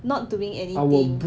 not doing anything